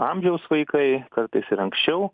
amžiaus vaikai kartais ir anksčiau